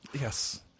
Yes